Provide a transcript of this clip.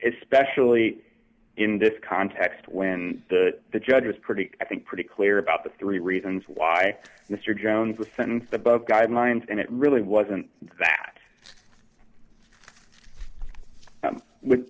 especially in this context when the judge was pretty i think pretty clear about the three reasons why mr jones was sentenced above guidelines and it really wasn't that